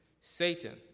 Satan